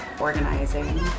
organizing